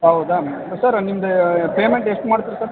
ಹೌದಾ ಸರ್ ನಿಮ್ಮದು ಪೇಮೆಂಟ್ ಎಷ್ಟು ಮಾಡ್ತೀರ ಸರ್